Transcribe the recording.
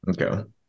okay